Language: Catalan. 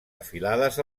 afilades